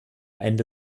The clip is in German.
ende